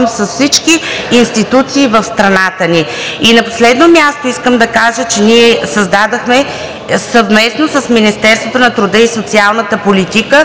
всички институции в страната ни. На последно място искам да кажа, че ние създадохме съвместно с Министерството на труда и социалната политика